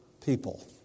people